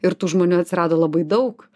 ir tų žmonių atsirado labai daug